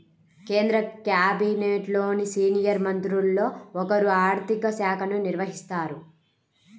కేంద్ర క్యాబినెట్లోని సీనియర్ మంత్రుల్లో ఒకరు ఆర్ధిక శాఖను నిర్వహిస్తారు